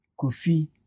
Kofi